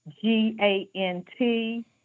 G-A-N-T